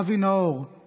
אבי נאור,